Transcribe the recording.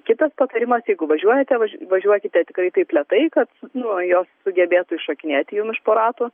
kitas patarimas jeigu važiuojate važi važiuokite tikrai taip lėtai kad nu jos sugebėtų iššokinėti jum iš po ratų